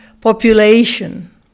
population